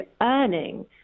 earning